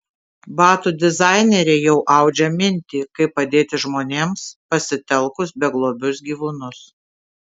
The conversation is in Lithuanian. batų dizainerė jau audžia mintį kaip padėti žmonėms pasitelkus beglobius gyvūnus